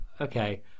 Okay